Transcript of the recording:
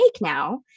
now